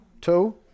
Two